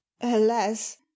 alas